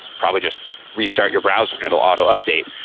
probably just restart your browser and it will auto update.